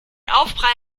aufprall